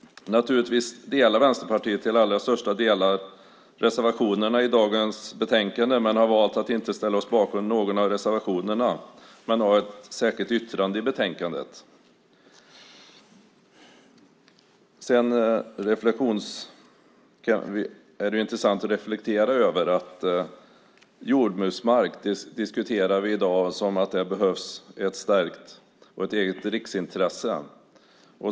Naturligtvis instämmer vi i Vänsterpartiet till allra största delen i reservationerna i dagens betänkande men har valt att inte ställa oss bakom någon av dem. Vi har dock ett särskilt yttrande i betänkandet. Det är intressant att kunna göra den reflexionen att vi i dag diskuterar att jordbruksmarken behöver bli eget riksintresse.